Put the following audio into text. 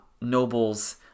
nobles